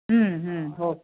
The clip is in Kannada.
ಹ್ಞೂ ಹ್ಞೂ ಹೋಕೆ